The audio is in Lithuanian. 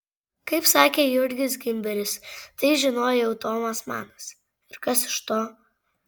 kaip sakė jurgis gimberis tai žinojo jau tomas manas ir kas iš to